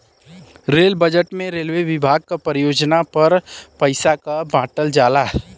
rail budget में railway विभाग क परियोजना पर पइसा क बांटल जाला